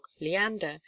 leander